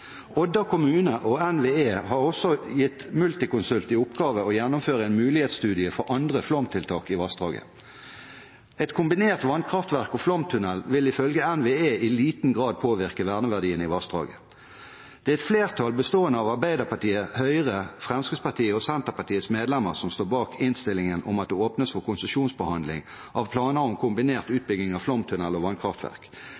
Odda kommune og NVE har også gitt Multiconsult i oppgave å gjennomføre en mulighetsstudie for andre flomtiltak i vassdraget. Kombinert vannkraftverk og flomtunnel vil ifølge NVE i liten grad påvirke verneverdien i vassdraget. Det er et flertall bestående av Arbeiderpartiets, Høyres, Fremskrittspartiets og Senterpartiets medlemmer som står bak innstillingen om at det åpnes for konsesjonsbehandling av planer om kombinert